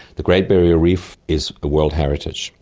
the great barrier reef is a world heritage.